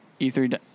E3